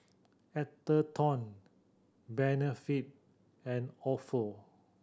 Atherton Benefit and ofo